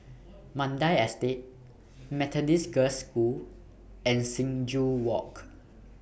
Mandai Estate Methodist Girls' School and Sing Joo Walk